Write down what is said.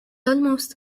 almost